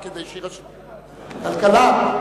כלכלה.